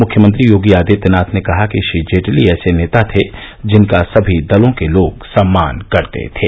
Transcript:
मुख्यमंत्री योगी आदित्यनाथ ने कहा कि श्री जेटली ऐसे नेता थे जिनका सभी दलों के लोग सम्मान करते थे